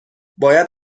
باید